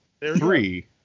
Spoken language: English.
Three